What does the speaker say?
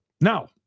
Now